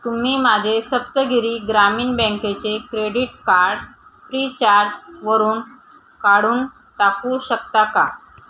तुम्ही माझे सप्तगिरी ग्रामीण बँकेचे क्रेडीट कार्ड फ्रीचार्ज वरून काढून टाकू शकता का